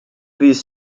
these